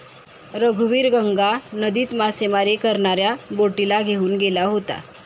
रघुवीर गंगा नदीत मासेमारी करणाऱ्या बोटीला घेऊन गेला होता